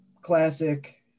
classic